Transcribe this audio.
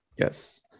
Yes